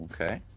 Okay